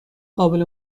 قابل